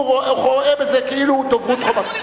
הוא רואה בזה כאילו דוברות "חמאס".